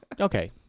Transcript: Okay